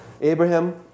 Abraham